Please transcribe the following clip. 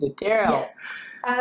Yes